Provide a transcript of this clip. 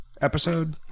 episode